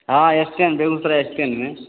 हाँ station Begusarai station में